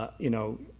you know,